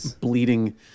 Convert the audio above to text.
bleeding